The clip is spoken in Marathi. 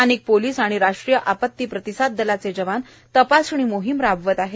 स्थानिक पोलीस आणि राष्ट्रीय आपती प्रतिसाद दलाचे जवान तपासणी मोहीम राबवत आहेत